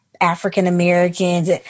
African-Americans